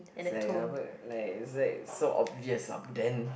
like like it's like so obvious abuden